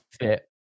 fit